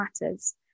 matters